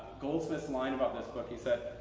goldsmith's line about this book, he said,